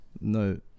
No